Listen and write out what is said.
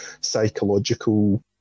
psychological